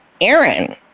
Aaron